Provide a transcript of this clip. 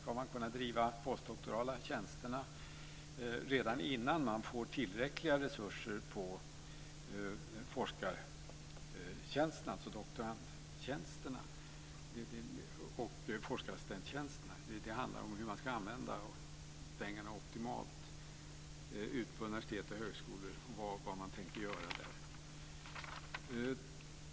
Ska man kunna driva de postdoktorala tjänsterna redan innan man får tillräckliga resurser till forskartjänster, alltså doktorandtjänster, och forskarassistenttjänster? Det handlar om hur man ska använda pengarna optimalt på universitet och högskolor, om vad man tänker göra där.